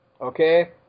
okay